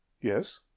Yes